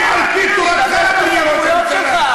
וחבריך המזוזים עובדים והולכים על-פי תורתך,